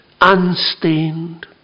unstained